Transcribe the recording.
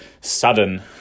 sudden